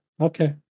Okay